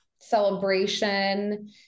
celebration